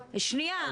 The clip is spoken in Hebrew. לא, שנייה.